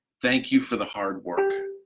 thank you for the hard work.